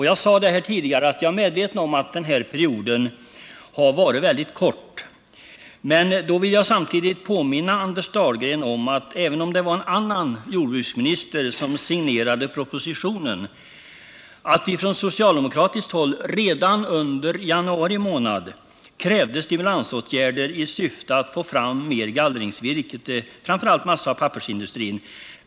Jag sade tidigare att jag var medveten om att denna period har varit mycket kort. Även om det var en annan jordbruksminister som signerade propositionen, vill jag påminna Anders Dahlgren om att vi från socialdemokratiskt håll redan under januari månad krävde stimulansåtgärder i syfte att få fram mer gallringsvirke till framför allt pappersoch massaindustrin.